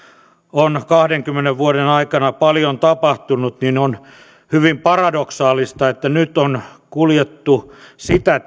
on kahdenkymmenen vuoden aikana paljon tapahtunut on hyvin paradoksaalista että nyt on kuljettu sitä